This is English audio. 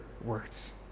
words